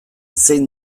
zein